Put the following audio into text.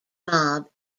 mob